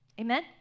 Amen